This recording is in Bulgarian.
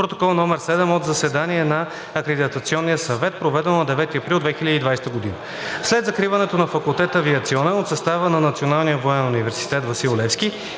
Протокол № 7 от заседание на Акредитационния съвет, проведено на 9 април 2020 г. След закриването на факултет „Авиационен“ от състава на Националния военен университет „Васил Левски“